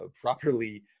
properly